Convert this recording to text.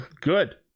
Good